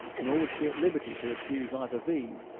nor was she at liberty to refuse either these,